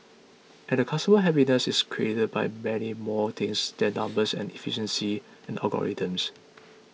and a customer's happiness is created by many more things than numbers and efficiency and algorithms